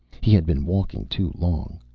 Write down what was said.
he had been walking too long.